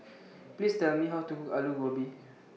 Please Tell Me How to Cook Alu Gobi